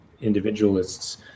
individualists